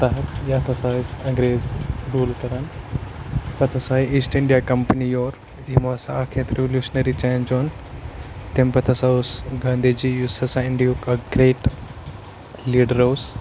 تحت یَتھ ہَسا ٲسۍ انٛگریز روٗل کَران پَتہٕ ہَسا آے ایٖسٹ اِنڈیا کَمپٔنی یور یِمو سا اَکھ یَتھ رُولیوٗشنٔری چینٛج اوٚن تَمہِ پَتہٕ ہَسا اوس گاندھی جی یُس ہَسا اِنڈیِہُک اَکھ گرٛیٹ لیٖڈَر اوس